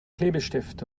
klebestift